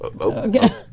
Okay